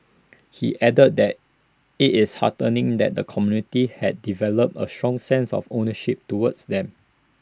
he added that IT is heartening that the community has developed A strong sense of ownership towards them